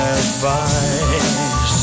advice